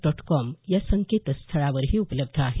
dot com या संकेतस्थळावरही उपलब्ध आहे